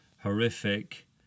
horrific